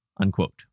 unquote